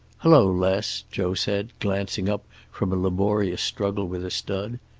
hello, les, joe said, glancing up from a laborious struggle with a stud.